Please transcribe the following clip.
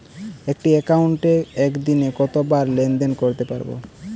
একটি একাউন্টে একদিনে কতবার লেনদেন করতে পারব?